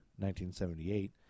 1978